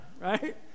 right